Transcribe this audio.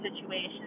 situations